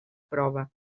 prova